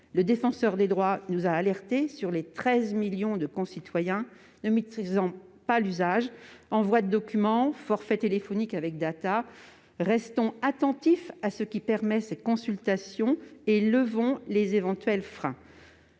Le Défenseur des droits nous a alertés sur les 13 millions de nos concitoyens qui ne maîtrisent pas les usages numériques. Envoi de documents, forfait téléphonique avec data : restons attentifs à ce qui permet ces consultations et levons les éventuels freins.